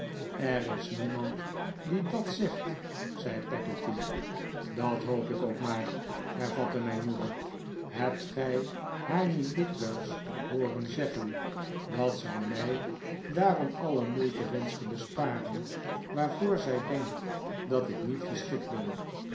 er is niemand die dat zegt zei peggotty dat hoop ik ook maar hervatte mijn moeder hebt gij haar niet dikwijls hooren zeggen dat zij mij daarom alle moeite wenscht te besparen waarvoor zij denkt dat ik niet geschikt ben